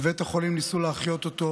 בבית החולים ניסו להחיות אותו,